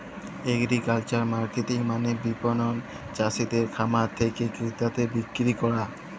agricultural marketing মালে বিপণল চাসিদের খামার থেক্যে ক্রেতাদের বিক্রি ক্যরা